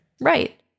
Right